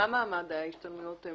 מה מעמד ההשתלמויות?